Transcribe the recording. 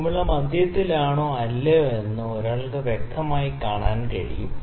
കുമിള മധ്യത്തിലാണോ അല്ലയോ എന്ന് ഒരാൾക്ക് വ്യക്തമായി കാണാൻ കഴിയും